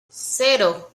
cero